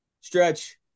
stretch